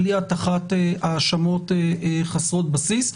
בלי הטחת האשמות חסרות בסיס.